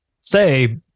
say